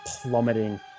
plummeting